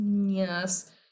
Yes